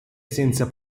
senza